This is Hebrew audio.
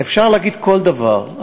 אפשר להגיד כל דבר.